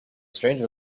stranger